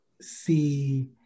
see